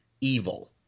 evil